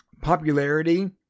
popularity